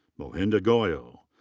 mohinder goyal.